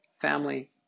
family